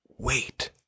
Wait